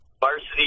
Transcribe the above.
varsity